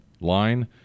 line